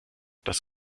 das